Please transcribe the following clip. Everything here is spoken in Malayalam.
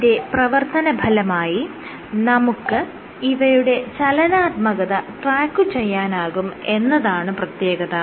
അതിന്റെ പ്രവർത്തനഫലമായി നമുക്ക് ഇവയുടെ ചലനാത്മകത ട്രാക്കുചെയ്യാനാകും എന്നതാണ് പ്രത്യേകത